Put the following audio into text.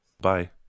Bye